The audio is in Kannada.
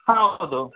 ಹಾಂ ಹೌದು